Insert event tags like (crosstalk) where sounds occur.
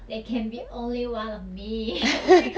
they can be only one of me (laughs)